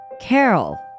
Carol